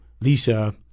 Lisa